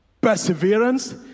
perseverance